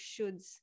shoulds